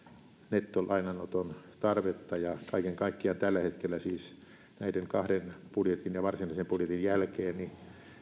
nettolainanoton tarvetta ja kaiken kaikkiaan tällä hetkellä siis näiden kahden budjetin ja varsinaisen budjetin jälkeen